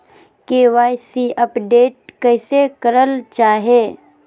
KYC update कैसे करल जाहै?